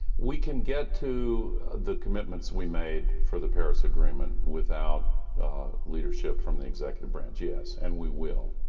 we can get to the commitments we made for the paris agreement without leadership from the executive branch, yes. and we will.